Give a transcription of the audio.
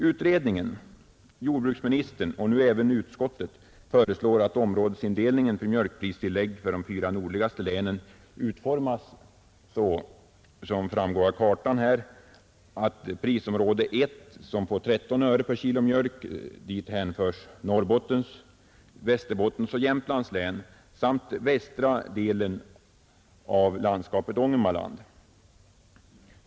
Utredningen, jordbruksministern och nu även utskottet föreslår att områdesindelningen för mjölkpristillägg för de fyra nordligaste länen utformas så — vilket framgår av den karta som jag visar på storbildsprojektorn — att till prisområde I, som får 13 öre per kilo mjölk, hänförs Norrbottens, Västerbottens och Jämtlands län samt västra delen av landskapet Ångermanland.